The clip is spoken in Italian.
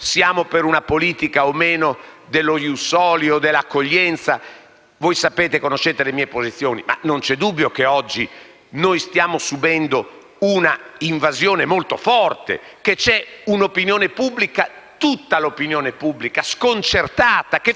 Voi conoscete le mie posizioni ma non vi è dubbio che oggi stiamo subendo un'invasione molto forte e che l'opinione pubblica - tutta l'opinione pubblica - è sconcertata e facciamo fatica a gestire i flussi migratori (basti pensare alle